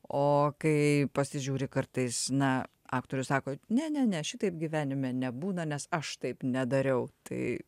o kai pasižiūri kartais na aktorius sako ne ne ne šitaip gyvenime nebūna nes aš taip nedariau tai